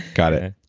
got it.